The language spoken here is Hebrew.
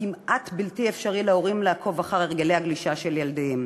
כמעט בלתי אפשרי להורים לעקוב אחר הרגלי הגלישה של ילדיהם.